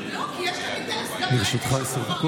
לא, כי יש להם אינטרס, לרשותך עשר דקות, בבקשה.